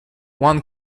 one